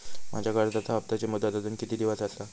माझ्या कर्जाचा हप्ताची मुदत अजून किती दिवस असा?